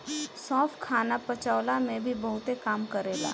सौंफ खाना पचवला में भी बहुते काम करेला